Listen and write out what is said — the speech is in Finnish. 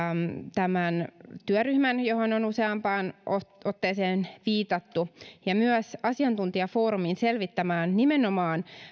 tämän työryhmän johon on useampaan otteeseen viitattu ja myös asiantuntijafoorumin selvittämään nimenomaan